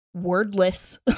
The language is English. wordless